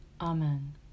amen